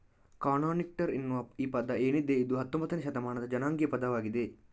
cotton picker ಅನ್ನುವ ಈ ಪದ ಏನಿದೆ ಇದು ಹತ್ತೊಂಭತ್ತನೇ ಶತಮಾನದ ಜನಾಂಗೀಯ ಪದವಾಗಿದೆ